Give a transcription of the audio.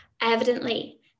Evidently